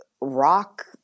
rock